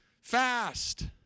fast